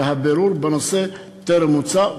והבירור בנושא טרם מוצה.